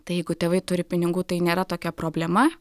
tai jeigu tėvai turi pinigų tai nėra tokia problema